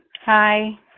Hi